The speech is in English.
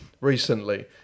recently